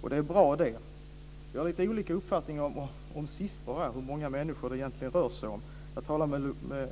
Och det är bra det. Vi har lite olika uppfattning om siffrorna, hur många människor det egentligen rör sig om. Jag talade med